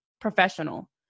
professional